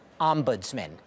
Ombudsman